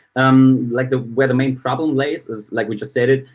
um like ah where the main problem lays is, like we just said it,